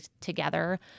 together